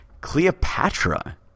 Cleopatra